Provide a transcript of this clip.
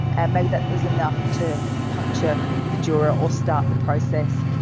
and maybe that was enough to puncture the dura or start the process.